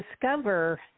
discover